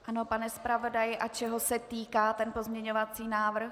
Ano, pane zpravodaji, a čeho se týká ten pozměňovací návrh?